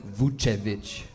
Vucevic